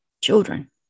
children